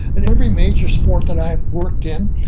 in every major sport that i've worked in,